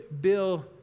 Bill